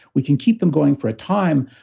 we can keep them going for a time,